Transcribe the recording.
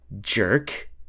Jerk